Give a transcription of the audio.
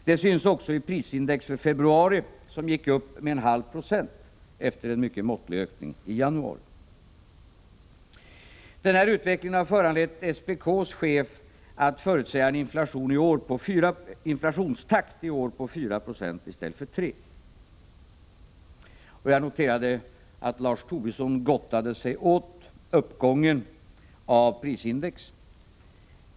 Det syns också i prisindex för februari, som gick upp med en halv procent efter en mycket måttlig ökning i januari. Den här utvecklingen har föranlett SPK:s chef att förutsäga en inflationstakt i år på 4 26 i stället för 3 20. Jag noterade att Lars Tobisson gottade sig åt uppgången av prisindex.